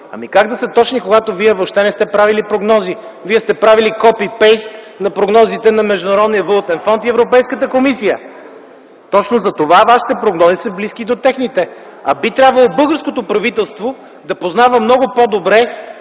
Ами как да са точни, когато вие въобще не сте правили прогнози. Вие сте правили „копи-пейст” на прогнозите на Международния валутен фонд и Европейската комисия. Точно за това вашите прогнози са близки до техните, а би трябвало българското правителство да познава много по-добре